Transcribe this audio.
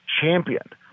championed